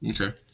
okay